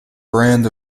brand